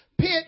pit